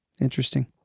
Interesting